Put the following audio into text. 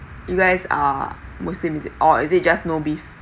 you guys are muslim is it or is it just no beef